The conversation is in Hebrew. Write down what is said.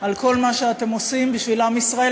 על כל מה שאתם עושים בשביל עם ישראל,